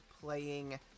playing